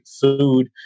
food